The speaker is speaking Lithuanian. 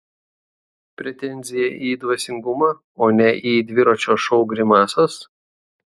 pretenzija į dvasingumą o ne į dviračio šou grimasas